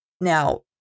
Now